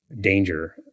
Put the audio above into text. danger